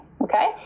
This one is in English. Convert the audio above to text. okay